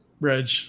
Reg